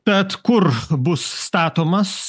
tad kur bus statomas